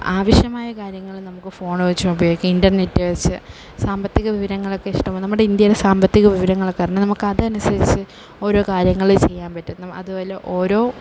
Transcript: ആവശ്യമായ കാര്യങ്ങൾ നമുക്ക് ഫോണ് വെച്ച് ഉപയോഗിക്കാം ഇൻറ്റർനെറ്റ് വെച്ച് സാമ്പത്തിക വിവരങ്ങളൊക്കെ ഇഷ്ടം പോലെ നമ്മുടെ ഇന്ത്യയിലെ സാമ്പത്തിക വിവരങ്ങളൊക്കെ അറിഞ്ഞാൽ നമുക്കത് അനുസരിച്ച് ഓരോ കാര്യങ്ങളെയും ചെയ്യാൻ പറ്റുന്നു അതുമല്ല ഓരോ